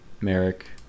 Merrick